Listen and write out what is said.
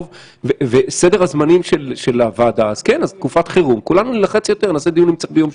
- סדר גודל של 30,000. הפניות שמתקבלות